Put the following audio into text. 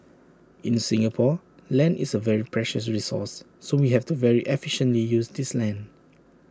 in Singapore land is A very precious resource so we have to very efficiently use this land